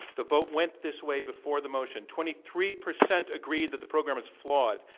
the vote went this way before the motion, twenty three percent agreed that the program is flawed,